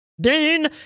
Dean